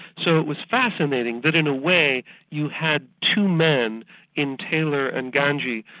so it was fascinating that in a way you had two men in taylor and ganji,